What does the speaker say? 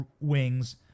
wings